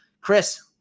Chris